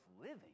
living